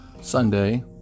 Sunday